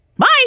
Bye